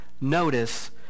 notice